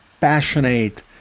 passionate